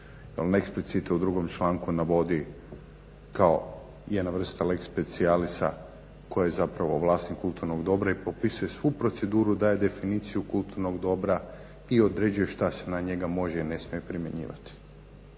eksplicite u 2.članku navodi kao jedna vrsta lex specialisa tko je vlasnik kulturnog dobra i popisuje svu proceduru, daje definiciju kulturnog dobra i određuje šta se na njega može i ne smije primjenjivati.